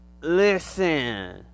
Listen